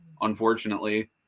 unfortunately